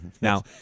Now